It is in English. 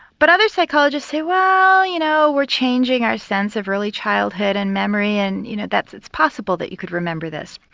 but other psychologists say well, you know, we're changing our sense of early childhood and memory and you know that's possible that you could remember this.